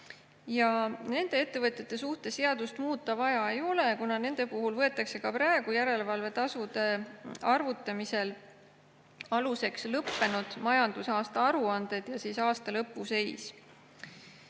Ja nende ettevõtete puhul seadust muuta ei ole vaja, kuna nende puhul võetakse ka praegu järelevalvetasude arvutamisel aluseks lõppenud majandusaasta aruanne ja aastalõpu seis.